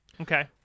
Okay